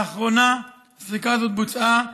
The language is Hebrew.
לאחרונה הסריקה הזאת בוצעה,